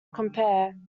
compare